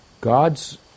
God's